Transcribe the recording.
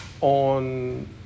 on